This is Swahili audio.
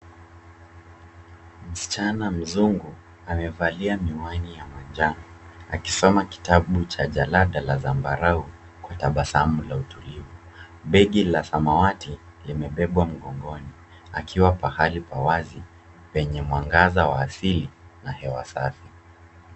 Msichana mzungu amevalia miwani ya manjano akisoma kitabu cha jalada la sambarua kwa tabasumu la utulivu. Begi la samawati limepepwa mkongoni akiwa pahali pa wazi penye mwangaza wa asili na hewa safi.